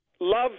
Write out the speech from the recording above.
love